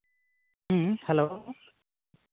ᱦᱮᱸ ᱦᱮᱞᱳ